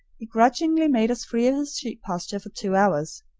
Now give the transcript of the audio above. he grudgingly made us free of his sheep pasture for two hours,